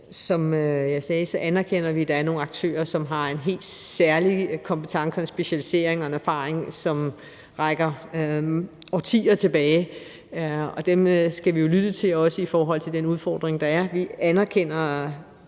Som jeg sagde, anerkender vi, at der er nogle aktører, som har en helt særlig kompetence og en specialisering og en erfaring, som rækker årtier tilbage, og dem skal vi jo lytte til, også i forhold til den udfordring, der er. Vi anerkender